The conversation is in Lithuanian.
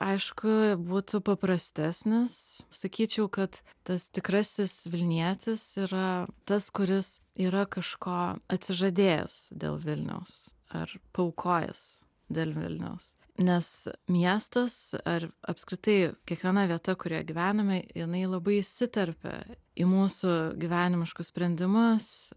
aišku būtų paprastesnis sakyčiau kad tas tikrasis vilnietis yra tas kuris yra kažko atsižadėjęs dėl vilniaus ar paaukojęs dėl vilniaus nes miestas ar apskritai kiekviena vieta kurioje gyvename jinai labai įsiterpia į mūsų gyvenimiškus sprendimas